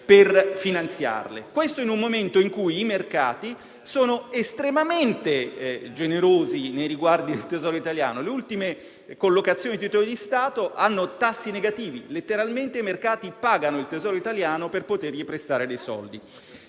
tra l'altro, in un momento in cui i mercati sono estremamente generosi nei riguardi del Tesoro italiano. Le ultime collocazioni dei titoli di Stato hanno tassi negativi: letteralmente i mercati pagano il Tesoro italiano per potergli prestare dei soldi.